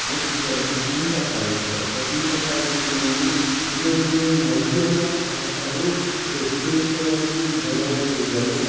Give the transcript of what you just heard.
next ಬರೋದು ಕುಮ್ಟಾ ತಾಲೂಕು ಬರುತ್ತೆ ಕುಮ್ಟಾ ತಾಲೂಕಿನಲ್ಲಿ ಇದೊಂದು ಮಧ್ಯಮ ಹಾಗೂ ಯಥೇಚ್ಛವಾಗಿ ಜನವ ಜನ